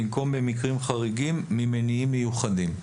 במקום "במקרים חריגים" לומר "ממניעים מיוחדים".